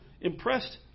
impressed